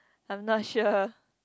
I'm not sure